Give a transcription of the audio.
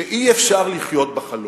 שאי-אפשר לחיות בחלום.